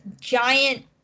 giant